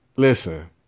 Listen